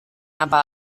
apa